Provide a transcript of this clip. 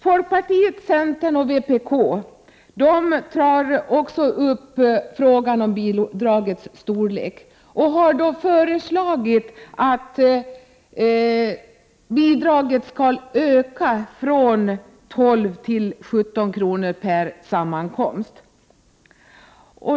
Folkpartiet, centern och vpk tar upp frågan om bidragets storlek, och de har föreslagit att det skall öka från 12 till 17 kr. per sammankomst.